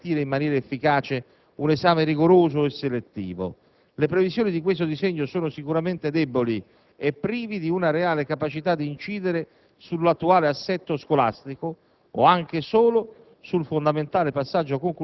Di certo, non sarà questa figura a poter garantire, in maniera efficace, un esame rigoroso e selettivo. Le previsioni di questo disegno sono sicuramente troppo deboli e prive di una reale capacità di incidere sull'attuale assetto scolastico